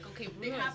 okay